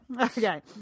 Okay